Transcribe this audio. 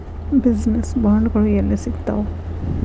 Business ಬಾಂಡ್ಗಳು ಯೆಲ್ಲಿ ಸಿಗ್ತಾವ?